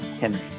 Henry